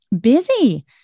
busy